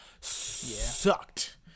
sucked